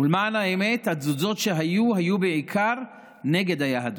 ולמען האמת התזוזות שהיו היו בעיקר נגד היהדות.